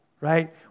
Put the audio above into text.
right